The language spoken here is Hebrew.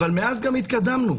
אבל מאז גם התקדמנו.